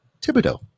Thibodeau